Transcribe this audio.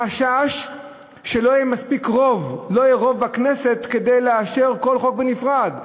החשש שלא יהיה בכנסת רוב כדי לאשר כל חוק בנפרד.